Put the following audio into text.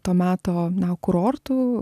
to meto kurortų